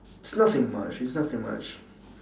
it's nothing much it's nothing much